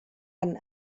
han